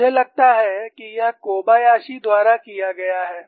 मुझे लगता है कि यह कोबायाशी द्वारा किया गया है